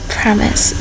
promise